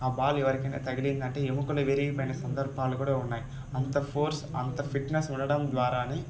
ఆ బాల్ ఎవరికైన తగిలిందంటే ఎముకలు విరిగిపోయిన సందర్భాలు కూడా ఉన్నాయి అంత ఫోర్స్ అంత ఫిట్నెస్ ఉండడం ద్వారానే